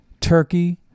Turkey